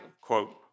quote